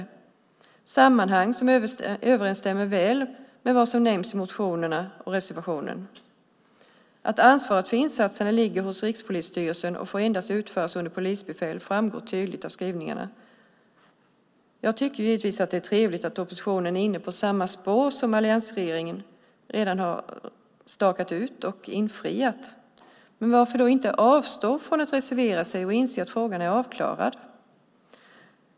Det är sammanhang som överstämmer väl med vad som nämns i motionen och reservationen. Att ansvaret för insatserna ligger hos Rikspolisstyrelsen och endast får utföras av polisbefäl framgår tydligt av skrivningarna. Jag tycker givetvis att det är trevligt att oppositionen är inne på samma spår som alliansregeringen redan har stakat ut och följt. Men varför då inte avstå från att reservera sig och inse att frågan är avklarad?